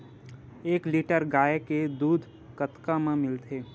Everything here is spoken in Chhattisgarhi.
एक लीटर गाय के दुध कतका म मिलथे?